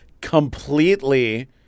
completely